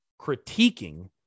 critiquing